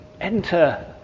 enter